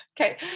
okay